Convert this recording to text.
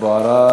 אבו עראר?